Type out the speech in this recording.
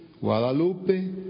Guadalupe